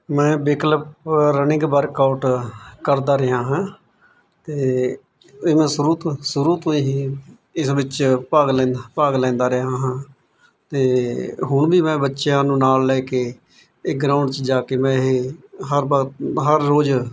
ਮੈਂ ਵਿਕਲਪ running work out ਕਰਦਾ ਰਿਹਾ ਹਾਂ ਤੇ ਇਹ ਮੈਂ ਸ਼ੁਰੂ ਤੋਂ ਸ਼ੁਰੂ ਤੋਂ ਹੀ ਇਸ ਵਿੱਚ ਭਾਗ ਲੈਂਦਾ ਭਾਗ ਲੈਂਦਾ ਰਿਹਾ ਹਾਂ ਤੇ ਹੁਣ ਵੀ ਮੈਂ ਬੱਚਿਆਂ ਨੂੰ ਨਾਲ ਲੈ ਕੇ ਇਹ ਗਰਾਊਂਡ 'ਚ ਜਾ ਕੇ ਮੈਂ ਇਹ ਹਰ ਬਾਰ ਹਰ ਰੋਜ਼